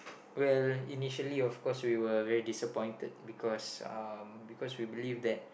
well initially of course we were very disappointed because um because we believe that